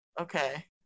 okay